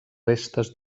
restes